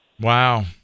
Wow